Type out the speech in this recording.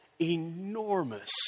enormous